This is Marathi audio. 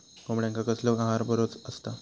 कोंबड्यांका कसलो आहार बरो असता?